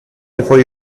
before